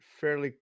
fairly